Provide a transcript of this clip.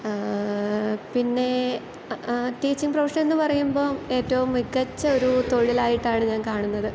പിന്നെ teaching profession എന്ന് പറയുമ്പം ഏറ്റവും മികച്ച ഒരു തൊഴിൽ ആയിട്ടാണ് ഞാൻ കാണുന്നത്